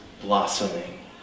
blossoming